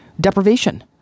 deprivation